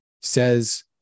says